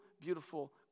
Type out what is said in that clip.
beautiful